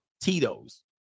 Tito's